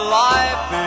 life